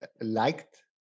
liked